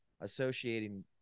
associating